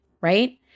right